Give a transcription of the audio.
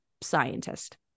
scientist